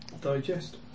digest